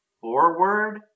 forward